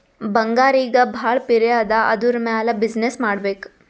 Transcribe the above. ಬಂಗಾರ್ ಈಗ ಭಾಳ ಪಿರೆ ಅದಾ ಅದುರ್ ಮ್ಯಾಲ ಬಿಸಿನ್ನೆಸ್ ಮಾಡ್ಬೇಕ್